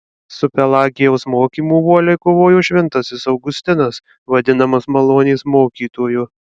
su pelagijaus mokymu uoliai kovojo šventasis augustinas vadinamas malonės mokytoju